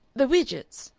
the widgetts,